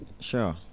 Sure